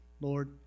Lord